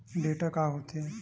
Data का होथे?